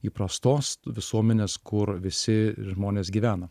įprastos visuomenės kur visi žmonės gyvena